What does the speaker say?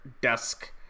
desk